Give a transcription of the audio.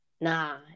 Nah